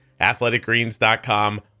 athleticgreens.com